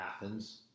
Athens